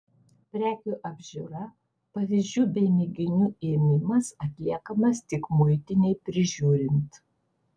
prekių apžiūra pavyzdžių bei mėginių ėmimas atliekamas tik muitinei prižiūrint